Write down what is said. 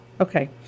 Okay